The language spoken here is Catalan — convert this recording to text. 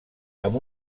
amb